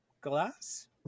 glass